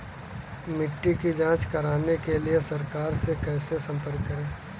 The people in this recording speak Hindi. मिट्टी की जांच कराने के लिए सरकार से कैसे संपर्क करें?